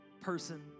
person